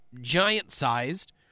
giant-sized